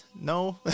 no